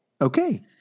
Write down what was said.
Okay